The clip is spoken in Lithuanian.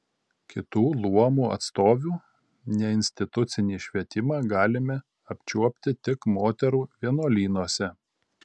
kitų luomų atstovių neinstitucinį švietimą galime apčiuopti tik moterų vienuolynuose